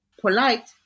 Polite